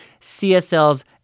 CSL's